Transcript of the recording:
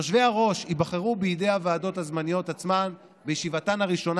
יושבי-הראש ייבחרו בידי הוועדות הזמניות עצמן בישיבתן הראשונה.